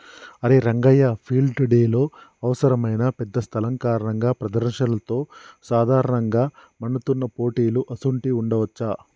అరే రంగయ్య ఫీల్డ్ డెలో అవసరమైన పెద్ద స్థలం కారణంగా ప్రదర్శనలతో సాధారణంగా మన్నుతున్న పోటీలు అసోంటివి ఉండవచ్చా